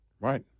Right